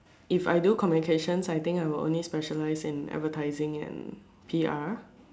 if I do communication I think I'll only specialize in advertising and P_R